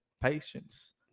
patience